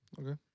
Okay